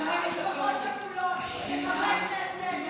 למשפחות שכולות, לחברי כנסת,